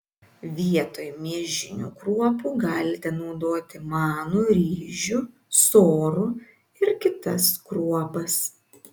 vietoj miežinių kruopų galite naudoti manų ryžių sorų ir kitas kruopas